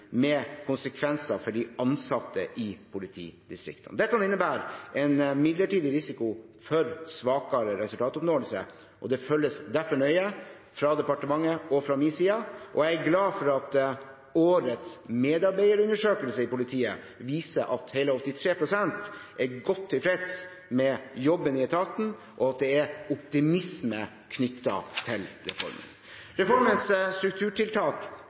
med konsekvenser for de ansatte i politidistriktene. Dette innebærer en midlertidig risiko for svakere resultatoppnåelse, og det følges derfor nøye fra departementets og fra min side. Jeg er glad for at årets medarbeiderundersøkelse i politiet viser at hele 83 pst. er godt tilfreds med jobben i etaten, og at det er optimisme knyttet til reformen. Reformens strukturtiltak